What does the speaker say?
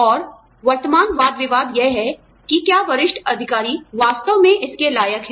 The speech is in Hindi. और वर्तमान वाद विवाद यह है कि क्या वरिष्ठ अधिकारी वास्तव में इसके लायक हैं